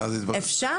אפשר.